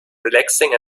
relaxing